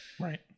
Right